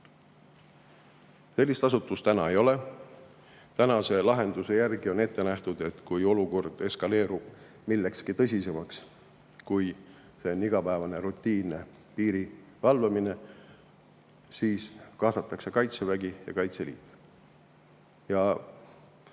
Sellist asutust ei ole. Tänase lahenduse järgi on ette nähtud, et kui olukord eskaleerub millekski tõsisemaks, kui on igapäevane rutiinne piiri valvamine, siis kaasatakse Kaitsevägi ja Kaitseliit. Ma